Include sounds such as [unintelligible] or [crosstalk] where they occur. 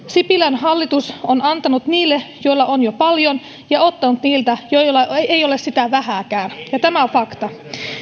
[unintelligible] sipilän hallitus on antanut niille joilla on jo paljon ja ottanut niiltä joilla ei ei ole sitä vähääkään tämä on fakta